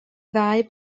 ddau